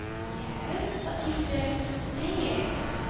yes, but you don't say it.